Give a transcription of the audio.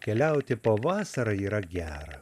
keliauti po vasarą yra gera